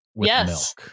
Yes